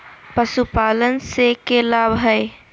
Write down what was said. पशुपालन से के लाभ हय?